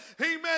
Amen